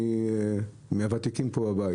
אני מהוותיקים בבית